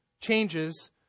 changes